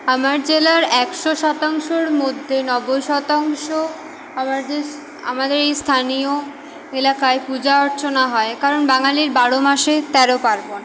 আমার জেলার একশো শতাংশর মধ্যে নব্বই শতাংশ আমাদের আমাদের এই স্থানীয় এলাকায় পূজা অর্চনা হয় কারণ বাঙালির বারো মাসে তেরো পার্বণ